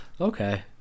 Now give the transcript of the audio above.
Okay